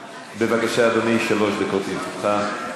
בבקשה, אדוני, שלוש דקות לרשותך.